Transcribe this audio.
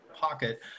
pocket